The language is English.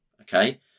Okay